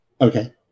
Okay